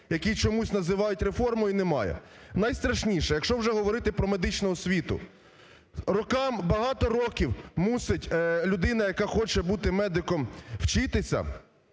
який чомусь називають реформою, немає. Найстрашніше, якщо вже говорити про медичну освіту, багато років мусить людина, яка хоче бути медиком вчитися